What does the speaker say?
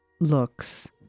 looks